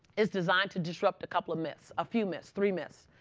it's designed to disrupt a couple of myths. a few myths, three myths.